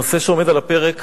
הנושא שעומד על הפרק